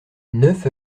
neuf